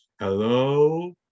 hello